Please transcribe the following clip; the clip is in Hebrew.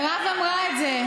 מירב אמרה את זה.